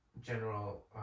general